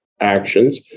actions